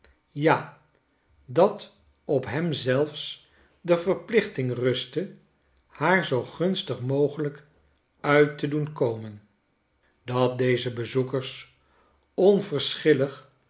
ja dat op hem zelfs de verplichting rustte haar zoo gunstig mogelijk uit te doen komen dat deze bezoekers